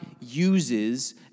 uses